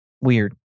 weird